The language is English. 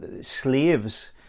slaves